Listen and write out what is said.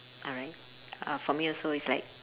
alright uh for me also is like